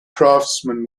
craftsmen